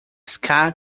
ska